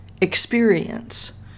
experience